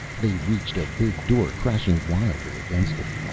they reached a big door, crashing wildly against it.